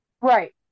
Right